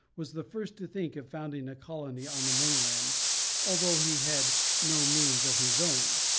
was the first to think of founding a colony on the mainland although he had no means of his own,